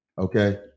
okay